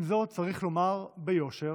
עם זאת, צריך לומר ביושר